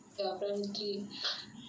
ya primary three